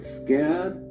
scared